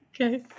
Okay